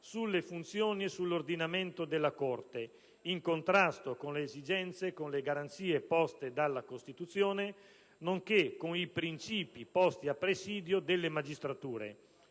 sulle funzioni e sull'ordinamento della Corte, in contrasto con le esigenze e con le garanzie poste dalla Costituzione, nonché con i principi posti a presidio delle magistrature,